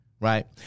Right